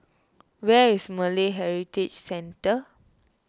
where is Malay Heritage Centre